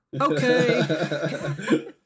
Okay